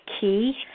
key